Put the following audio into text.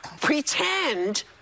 pretend